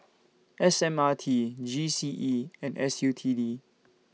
S M R T G C E and S U T D